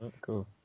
Cool